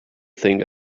think